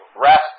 rest